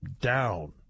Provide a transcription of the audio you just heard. down